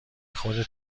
خودت